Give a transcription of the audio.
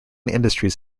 industries